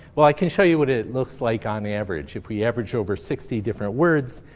well, i can show you what it looks like on the average. if we average over sixty different words,